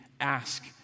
ask